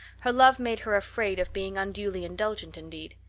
her love made her afraid of being unduly indulgent, indeed.